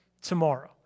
tomorrow